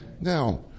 Now